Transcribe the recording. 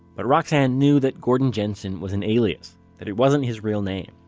but roxane knew that gordon jensen was an alias that it wasn't his real name.